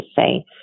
say